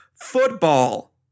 Football